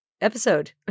episode